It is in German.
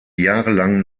jahrelang